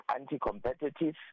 anti-competitive